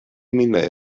minnau